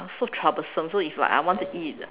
so troublesome so if like I want to eat